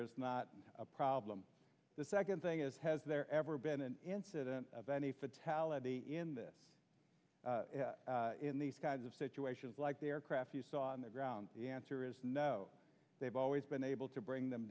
is not a problem the second thing is has there ever been an incident of any fatality in this in these kinds of situations like the aircraft you saw on the ground the answer is no they've always been able to bring them